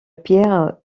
pierre